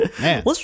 Man